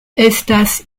estas